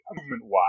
movement-wise